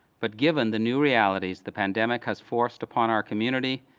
but given the new realities the pandemic has forced upon our community,